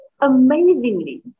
amazingly